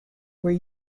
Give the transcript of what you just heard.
were